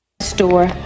Store